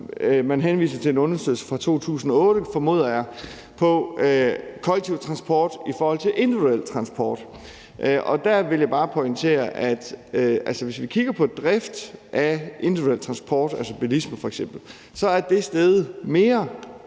Man henviser til en undersøgelse fra 2008, formoder jeg, om kollektiv transport i forhold til individuel transport. Der vil jeg bare pointere, at hvis vi kigger på drift af individuel transport, altså f.eks. bilisme, så er det